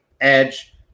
Edge